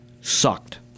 sucked